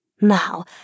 now